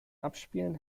abspielen